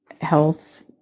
health